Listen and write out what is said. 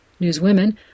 newswomen